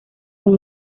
con